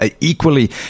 equally